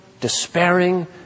despairing